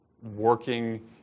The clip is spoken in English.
working